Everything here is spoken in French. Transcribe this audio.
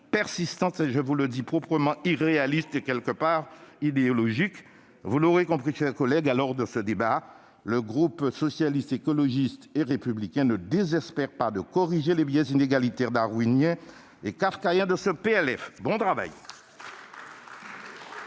persistante est, je vous le dis, proprement irréaliste et idéologique. Vous l'aurez compris, mes chers collègues, à l'aube de ce débat, le groupe Socialiste, Écologiste et Républicain ne désespère pas de corriger les biais inégalitaires, darwiniens et kafkaïens de ce PLF. Bon travail à tous